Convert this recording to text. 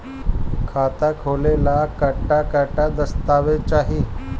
खाता खोले ला कट्ठा कट्ठा दस्तावेज चाहीं?